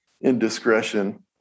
indiscretion